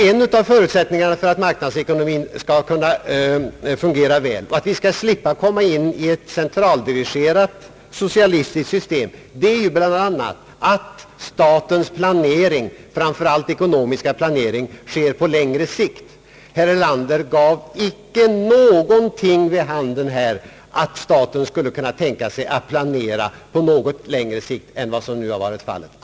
En av förutsättningarna för att marknadsekonomin skall kunna fungera väl och vi skall slippa komma in i ett centraldirigerat socialistiskt system är bl.a. att statens planering, framför allt dess ekonomiska planering, sker på längre sikt. Herr Erlander sade icke någonting som gav vid handen att staten skulle kunna tänka sig att planera på längre sikt än vad som nu har varit fallet.